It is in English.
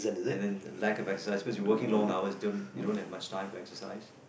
and then the lack of exercise cause you're working long hours you don't you don't have much time for exercise